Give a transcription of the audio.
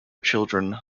children